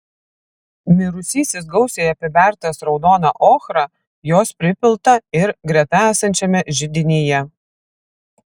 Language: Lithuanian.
mirusysis gausiai apibertas raudona ochra jos pripilta ir greta esančiame židinyje